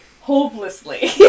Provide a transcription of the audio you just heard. hopelessly